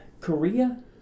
Korea